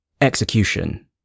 execution